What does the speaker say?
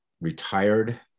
retired